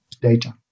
data